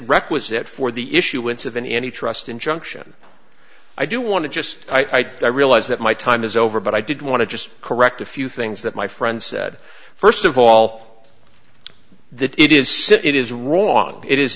requisite for the issuance of any trust injunction i do want to just i did i realize that my time is over but i did want to just correct a few things that my friend said first of all that it is sit it is wrong it is